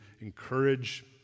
encourage